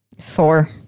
Four